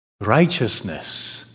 righteousness